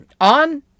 on